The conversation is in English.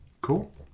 Cool